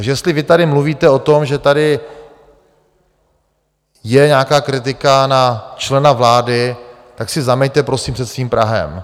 Takže jestli vy tady mluvíte o tom, že tady je nějaká kritika na člena vlády, tak si zameťte prosím před svým prahem.